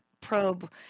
probe